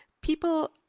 people